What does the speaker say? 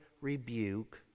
rebuke